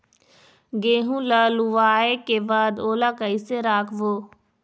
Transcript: गेहूं ला लुवाऐ के बाद ओला कइसे राखबो?